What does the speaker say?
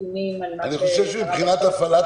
אני חושב שמבחינת הפעלת